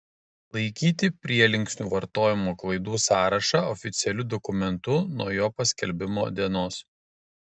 laikyti prielinksnių vartojimo klaidų sąrašą oficialiu dokumentu nuo jo paskelbimo dienos